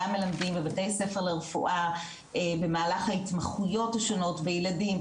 גם מלמדים בבתי ספר לרפואה במהלך ההתמחויות השונות בילדים,